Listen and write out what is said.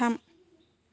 थाम